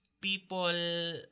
people